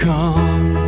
come